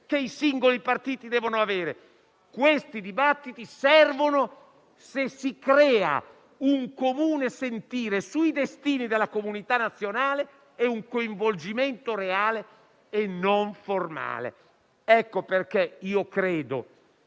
che i singoli partiti devono avere. Questi dibattiti servono se si creano un comune sentire sui destini della comunità nazionale e un coinvolgimento reale e non formale. Io ritengo che